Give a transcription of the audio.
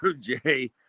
Jay